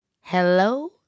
hello